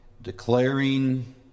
Declaring